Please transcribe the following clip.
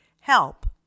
help